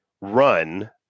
run